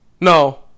No